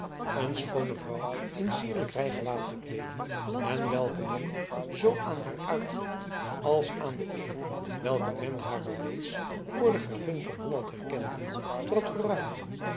een schoone vrouw in sierlijk rijgewaad gekleed en welke men zoo aan haar uiterlijke als aan de eer welke men haar bewees voor de gravin van holland herkende trad vooruit